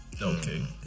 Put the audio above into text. Okay